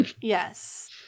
yes